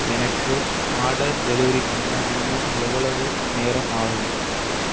எனக்கு order delivery பண்ண இன்னும் எவ்வளவு நேரம் ஆகும்